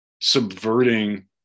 subverting